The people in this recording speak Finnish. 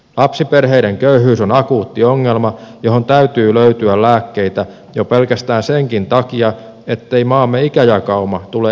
lapsiperheiden köyhyys on akuutti ongelma johon täytyy löytyä lääkkeitä jo pelkästään senkin takia ettei maamme ikäjakauma tule entisestään vääristymään